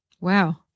Wow